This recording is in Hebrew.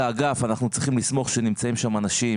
אנחנו צריכים לסמוך על כך שבאגף נמצאים אנשים